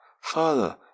Father